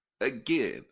again